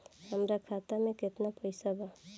हमार खाता मे केतना पैसा बा?